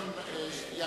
הדברים משתנים.